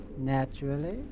Naturally